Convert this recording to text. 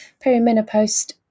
Perimenopause